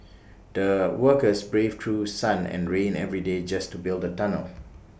the workers braved through sun and rain every day just to build the tunnel